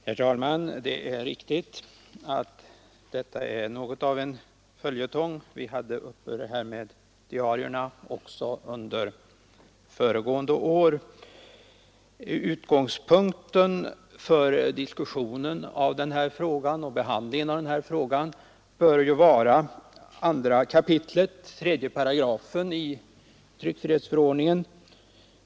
Herr talman! Det är riktigt att detta är något av en följetong — vi hade frågan om diarierna uppe också under föregående år. Utgångspunkten för diskussionen av frågan och behandlingen av den bör ju vara 2 kap. 2 8 tryckfrihetsförordningen.